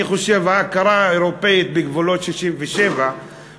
אני חושב שההכרה האירופית בגבולות 67'